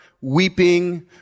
weeping